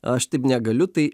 aš taip negaliu tai